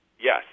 Yes